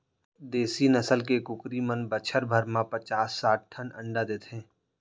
देसी नसल के कुकरी मन बछर भर म पचास साठ ठन अंडा देथे